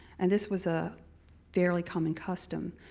and this was a fairly common custom,